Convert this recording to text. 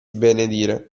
benedire